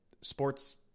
sports